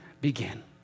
begin